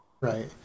Right